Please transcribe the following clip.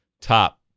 top